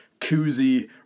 koozie